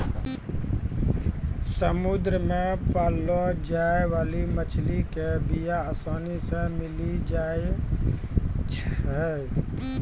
समुद्र मे पाललो जाय बाली मछली के बीया आसानी से मिली जाई छै